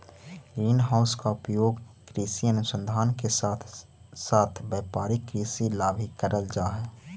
green house का उपयोग कृषि अनुसंधान के साथ साथ व्यापारिक कृषि ला भी करल जा हई